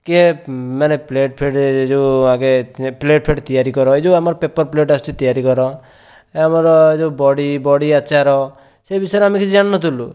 କିଏ ମାନେ ପ୍ଲେଟ ଫ୍ଲେଟ ଏଯୋ ଆଗେ ପ୍ଲେଟ ଫ୍ଲେଟ ତିଆରି କର ଏଯୋ ଆମର ପେପେର ପ୍ଲେଟ ଆସୁଛି ତିଆରି କର ଆମର ଯୋ ବଡ଼ି ବଡ଼ି ଆଚାର ସେ ବିଷୟରେ ଆମେ କିଛି ଜାଣିନଥିଲୁ